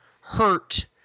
hurt